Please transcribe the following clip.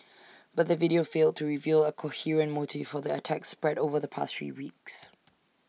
but the video failed to reveal A coherent motive for the attacks spread over the past three weeks